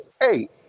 Hey